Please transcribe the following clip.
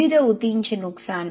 विविध ऊतींचे नुकसान